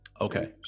okay